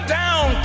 down